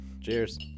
Cheers